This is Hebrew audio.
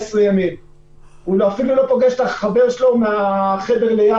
ימים והוא אפילו לא פוגש את החבר שלו מהחדר ליד.